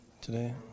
today